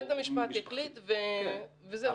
בית המשפט החליט וזהו.